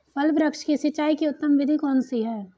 फल वृक्ष की सिंचाई की उत्तम विधि कौन सी है?